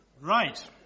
Right